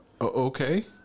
okay